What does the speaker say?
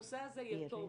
הנושא הזה יתום,